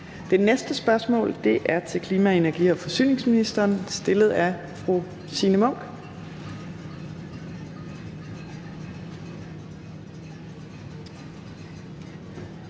Det næste spørgsmål er til klima-, energi- og forsyningsministeren, stillet af fru Signe Munk.